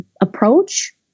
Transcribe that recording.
approach